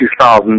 2000